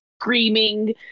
screaming